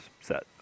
set